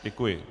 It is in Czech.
Děkuji.